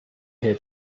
here